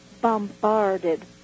bombarded